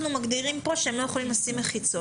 אנחנו מגדירים כאן שהם לא יכולים לשים מחיצות.